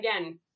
again